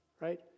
right